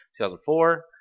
2004